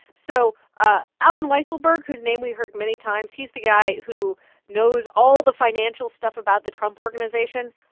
so ah allen weisselberg, whose name we heard many times, he's the guy who knows all the financial stuff about the trump organization,